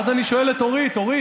ואז אני שואל את אורית: אורית,